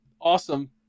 awesome